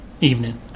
evening